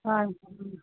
వాసిని